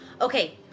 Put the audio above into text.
Okay